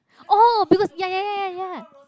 !oh! because ya ya ya ya